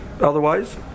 otherwise